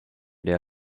their